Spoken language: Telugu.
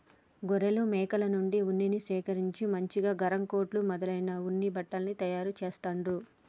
గొర్రెలు మేకల నుండి ఉన్నిని సేకరించి మంచిగా గరం కోట్లు మొదలైన ఉన్ని బట్టల్ని తయారు చెస్తాండ్లు